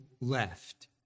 left